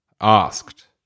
asked